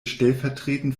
stellvertretend